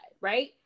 right